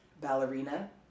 ballerina